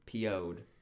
PO'd